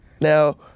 now